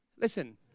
Listen